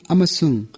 Amasung